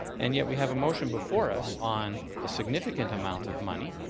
and yet we have a motion before us on a significant amount of money.